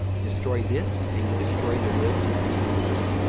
destroy this and you destroy their will to continue the war.